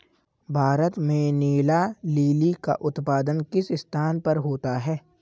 भारत में नीला लिली का उत्पादन किस स्थान पर होता है?